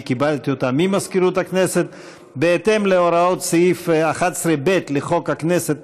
שקיבלתי ממזכירות הכנסת: בהתאם להוראות סעיף 11(ב) לחוק הכנסת,